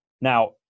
Now